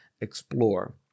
explore